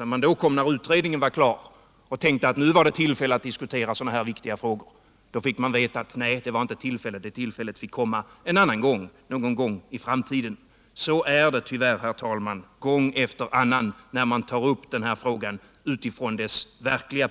Och när man sedan, då utredningen var klar, tänkte att nu var det tillfälle att diskutera fick man veta att nej, det var det inte tillfälle till — det tillfället fick komma någon gång i framtiden. Så är det tyvärr, herr talman, gång efter annan när man tar upp den här frågan i dess verkliga